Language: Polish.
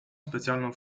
specjalną